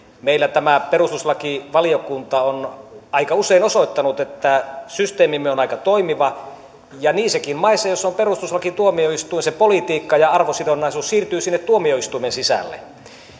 meillä perustuslakivaliokunta on aika usein osoittanut että systeemimme on aika toimiva ja niissäkin maissa joissa on perustuslakituomioistuin se politiikka ja arvosidonnaisuus siirtyy sinne tuomioistuimen sisälle